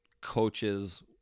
coaches